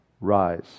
rise